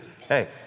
hey